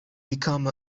become